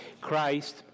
Christ